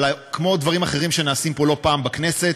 אבל כמו עוד דברים אחרים שנעשים לא פעם בכנסת,